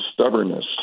stubbornness